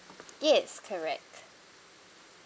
yes correct